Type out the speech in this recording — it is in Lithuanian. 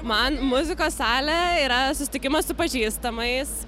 man muzikos salė yra susitikimas su pažįstamais